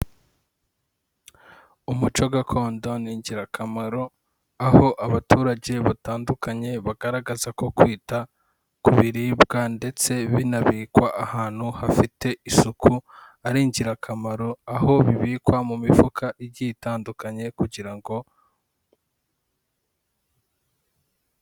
Umuco gakondo ni ingirakamaro aho abaturage batandukanye bagaragaza ko kwita ku biribwa ndetse binabikwa ahantu hafite isuku ari ingirakamaro aho bibikwa mu mifuka igiye itandukanye kugira ngo.